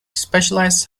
specialized